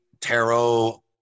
tarot